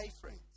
friends